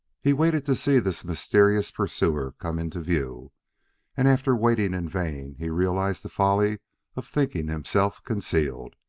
he waited to see this mysterious pursuer come into view and after waiting in vain he realized the folly of thinking himself concealed.